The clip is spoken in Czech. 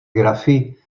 grafy